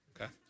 okay